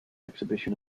exhibition